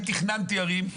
אני תכננתי ערים,